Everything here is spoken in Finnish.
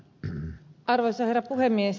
arvoisa herra puhemies